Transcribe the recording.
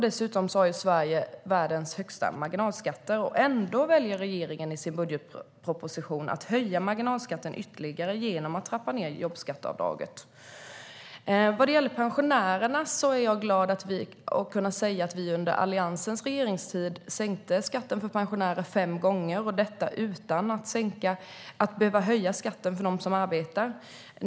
Dessutom har Sverige världens högsta marginalskatter. Ändå väljer regeringen i sin budgetproposition att höja marginalskatten ytterligare genom att trappa ned jobbskatteavdraget. Vad gäller pensionärerna är jag glad att kunna säga att vi under Alliansens regeringstid sänkte skatten för pensionärer fem gånger - och detta utan att behöva höja skatten för dem som arbetar.